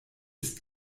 ist